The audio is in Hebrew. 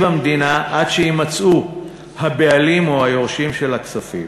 המדינה עד שיימצאו הבעלים או היורשים של הכספים,